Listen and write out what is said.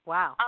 Wow